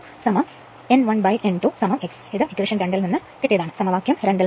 കാരണം Eb 1 ന് Eb 2 n 1 ന് n 2 x സമവാക്യം 2 ൽ നിന്ന്